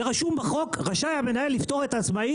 זה כתוב בחוק: רשאי המנהל לפטור את העצמאי